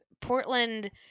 Portland –